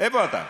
איפה אתה?